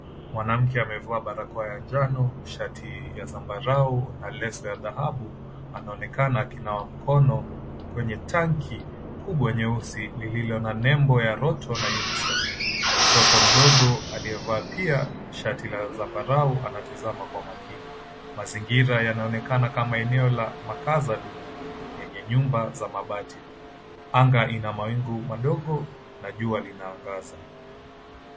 Mwanamke amevaa barakoa ya njano, shati ya zambarau na leso ya dhahabu anaonekana akinawa mkono kwenye tanki kubwa nyeusi lililo na nembo ya Rotto na UNICEF. Mtoto mdogo aliyevaa pia shati la zambarau anatizama kwa makini. Mazingira yanaonekana kama eneo la makazi duni yenye nyumba za mabati. Anga ina mawingu madogo na jua linaangaza.